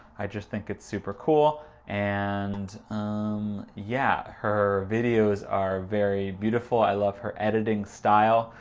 i just think it's super cool and um yeah. her videos are very beautiful, i love her editing style.